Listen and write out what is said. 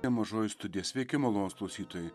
mažoje studijoje sveiki malonūs klausytojai